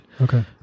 Okay